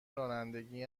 رانندگی